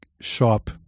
shop